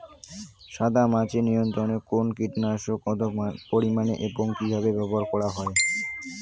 সাদামাছি নিয়ন্ত্রণে কোন কীটনাশক কত পরিমাণে এবং কীভাবে ব্যবহার করা হয়?